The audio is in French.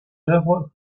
œuvres